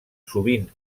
sovint